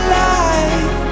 life